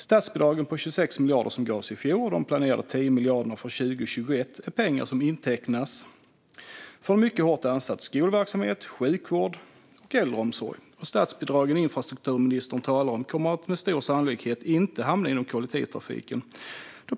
Statsbidragen på 26 miljarder som gavs i fjol och de planerade 10 miljarderna för 2021 är pengar som intecknas för en mycket hårt ansatt skolverksamhet, sjukvård och äldreomsorg. De statsbidrag som infrastrukturministern talar om kommer med stor sannolikhet inte att hamna inom kollektivtrafiken.